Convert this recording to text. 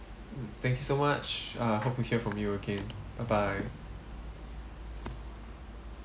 mm thank you so much uh hope we heat from you again bye bye